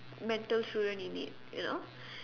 mental students in need you know